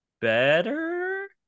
better